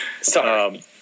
Sorry